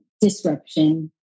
disruption